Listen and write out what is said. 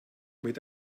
mit